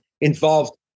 involved